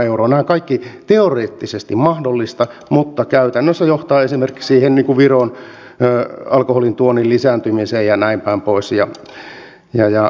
nämä kaikki ovat teoreettisesti mahdollisia mutta käytännössä johtavat esimerkiksi viron alkoholin tuonnin lisääntymiseen ja näin päin pois